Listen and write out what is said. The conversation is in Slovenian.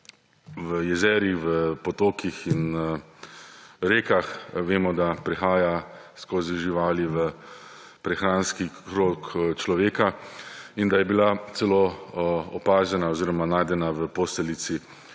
v jezeri, v potokih in rekah. Vemo, da prihaja skozi živali v prehranski krog človeka in da je bila celo opažena oziroma najdena v posteljici